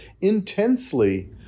intensely